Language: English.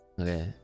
Okay